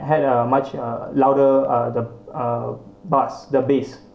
had a much uh louder uh the uh bass the bass